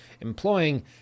employing